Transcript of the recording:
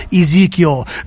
Ezekiel